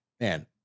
man